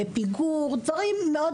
פיגור דברים מאוד